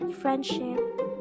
friendship